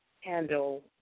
handle